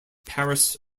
paris